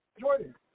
Jordan